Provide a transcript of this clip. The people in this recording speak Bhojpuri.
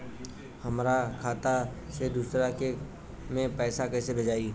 हमरा खाता से दूसरा में कैसे पैसा भेजाई?